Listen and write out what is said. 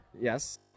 Yes